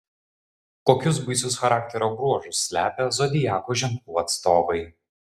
kokius baisius charakterio bruožus slepia zodiako ženklų atstovai